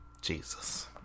Jesus